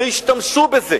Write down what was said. והשתמשו בזה.